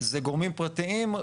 זה גורמים פרטיים,